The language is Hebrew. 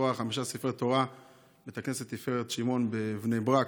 חמישה ספרי תורה בבית הכנסת תפארת שמעון בבני ברק.